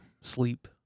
sleep